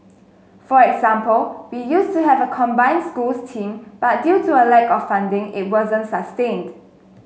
for example we used to have a combined schools team but due to a lack of funding it wasn't sustained